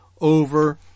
over